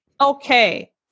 Okay